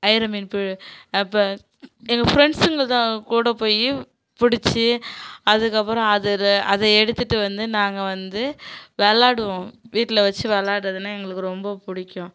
அயிரை மீன் பு எ பெ எங்கள் ஃப்ரெண்ட்ஸுங்க தான் கூட போய் பிடிச்சி அதுக்கப்புறம் அதில் அதை எடுத்துகிட்டு வந்து நாங்கள் வந்து விள்ளாடுவோம் வீட்டில் வச்சு விள்ளாட்றதுன்னா எங்களுக்கு ரொம்ப பிடிக்கும்